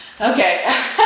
Okay